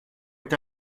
est